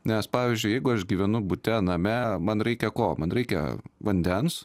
nes pavyzdžiui jeigu aš gyvenu bute name man reikia ko man reikia vandens